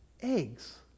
eggs